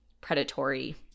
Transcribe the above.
predatory